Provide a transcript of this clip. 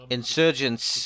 Insurgents